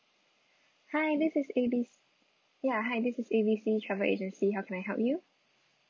hi this is A B C ya hi this is A B C travel agency how can I help you